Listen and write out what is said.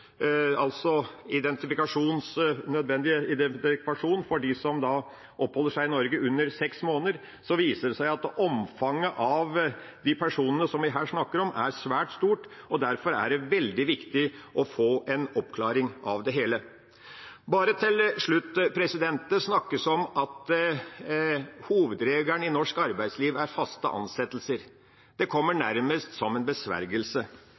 altså nødvendig identifikasjon for dem som oppholder seg i Norge under seks måneder – viser det seg at omfanget av de personene som vi her snakker om, er svært stort. Derfor er det veldig viktig å få en oppklaring av det hele. Bare til slutt: Det snakkes om at hovedregelen i norsk arbeidsliv er faste ansettelser. Det kommer nærmest som en besvergelse.